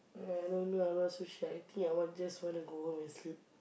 I don't know I'm not so sure I think I want just want to go home and sleep